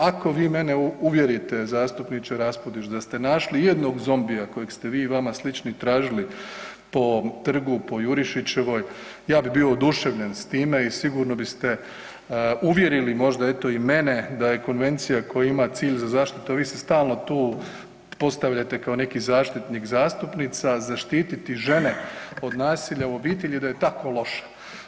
Ako vi mene uvjerite zastupniče Raspudić da ste našli i jednog zombija kojeg ste vi i vama slični tražili po trgu, po Jurišićevoj ja bih bio oduševljen s time i vi biste uvjerili možda eto i mene da je konvencija koja ima za cilj zaštitu, a vi se stalno tu postavljate kao neki zaštitnik zastupnica zaštiti žene od nasilja u obitelji da je tako loše.